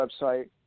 website